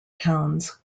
towns